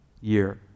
year